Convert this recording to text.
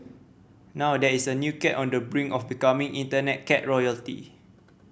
now there is a new cat on the brink of becoming Internet cat royalty